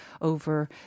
over